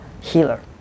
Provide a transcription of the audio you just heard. healer